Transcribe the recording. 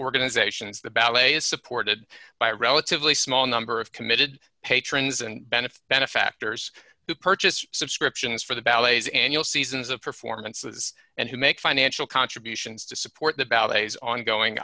organizations the ballet is supported by a relatively small number of committed patrons and benefit benefactors who purchased subscriptions for the ballets annual seasons of performances and who make financial contributions to support the ballet's ongoing